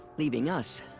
leaving us.